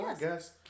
yes